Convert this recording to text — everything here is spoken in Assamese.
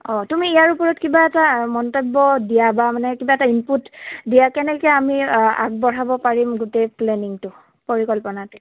অঁ তুমি ইয়াৰ ওপৰত কিবা এটা মন্তব্য দিয়া বা মানে কিবা এটা ইনপুট দিয়া কেনেকৈ আমি আগবঢ়াব পাৰিম গোটেই প্লেনিংটো পৰিকল্পনাটো